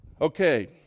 Okay